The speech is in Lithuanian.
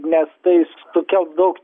nes tai sukels daug